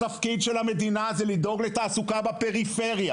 התפקיד של המדינה זה לדאוג לתעסוקה בפריפריה.